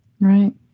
Right